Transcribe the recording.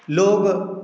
लोग